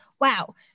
wow